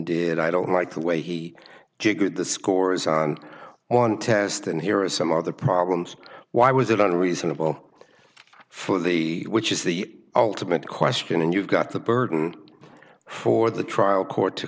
did i don't like the way he jiggered the scores on one test and here are some other problems why was it on reasonable fully which is the ultimate question and you've got the burden for the trial court to